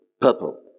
purple